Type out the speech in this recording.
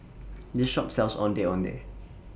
This Shop sells Ondeh Ondeh